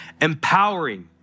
empowering